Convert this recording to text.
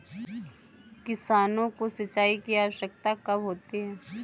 किसानों को सिंचाई की आवश्यकता कब होती है?